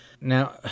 Now